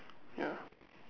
ya